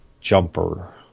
Jumper